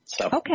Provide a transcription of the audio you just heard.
Okay